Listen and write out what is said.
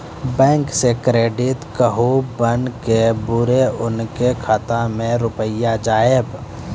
Bank से credit card बन के बुरे उनके खाता मे रुपिया जाएब?